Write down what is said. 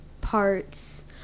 parts